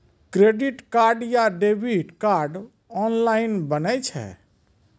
Credit card या debit card online बनै छै?